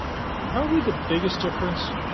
and probably the biggest difference,